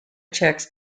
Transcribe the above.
checks